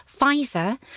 Pfizer